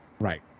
Right